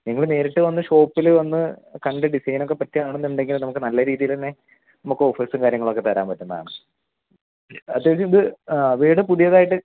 നിങ്ങൾ നേരിട്ട് വന്ന് ഷോപ്പിൽ വന്ന് കണ്ട് ഡിസൈനൊക്ക പറ്റുകയാണെന്ന് ഉണ്ടെങ്കിൽ നല്ല രീതിയിൽ തന്നെ നമുക്ക് ഓഫേഴ്സും കാര്യങ്ങളൊക്കെ തരാൻ പറ്റുന്നതാണ് അത്യാവശ്യം ഇത് വീട് പുതിയതായിട്ട്